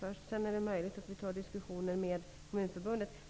Det är möjligt att vi sedan får ta upp en diskussion med Kommunförbundet.